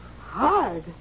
Hard